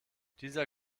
dieser